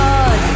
God